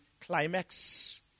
climax